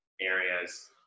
areas